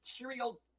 material